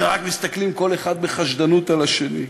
אלא רק מסתכלים כל אחד בחשדנות על השני,